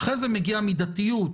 מה המדינה מדווחת.